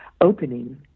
opening